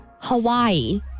Hawaii